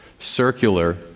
circular